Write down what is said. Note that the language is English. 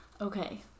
Okay